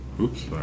Oops